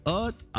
earth